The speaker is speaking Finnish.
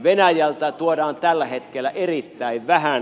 venäjältä tuodaan tällä hetkellä erittäin vähän